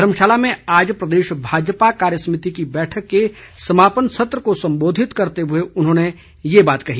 धर्मशाला में आज प्रदेश भाजपा कार्यसमिति की बैठक के समापन सत्र को सम्बोधित करते हुए उन्होंने ये बात कही